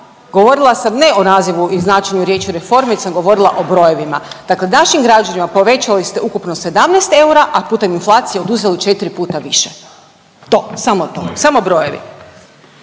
govorila sam ne o nazivu i značenju riječi reforma već sam govorila o brojevima. Dakle, našim građanima povećali ste ukupno 17 eura, a putem inflacije oduzeli četri puta više, to samo to, samo brojevi.